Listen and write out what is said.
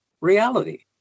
reality